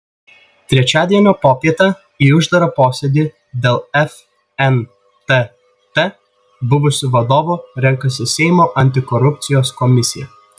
trečiadienio popietę į uždarą posėdį dėl fntt buvusių vadovų renkasi seimo antikorupcijos komisija